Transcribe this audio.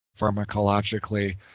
pharmacologically